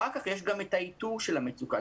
אחר-כך יש גם את האיתור של המצוקה.